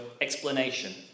explanation